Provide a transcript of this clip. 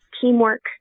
teamwork